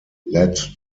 led